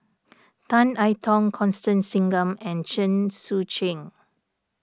Tan I Tong Constance Singam and Chen Sucheng